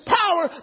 power